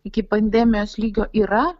iki pandemijos lygio yra